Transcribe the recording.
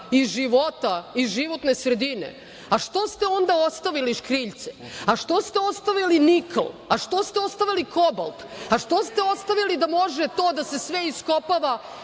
i života i životne sredine, a zašto ste onda ostavili škriljce, a što ste ostavili nikl, a što ste ostavili kobalt, a što ste ostavili da može to da se sve iskopava